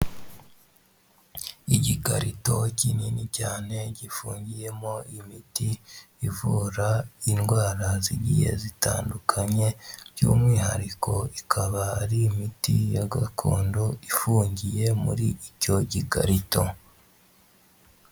Igikarito kinini cyane gifungiyemo imiti ivura indwara zigiye zitandukanye by'umwihariko ikaba ari imiti ya gakondo ifungiye muri icyo gikarito.